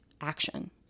action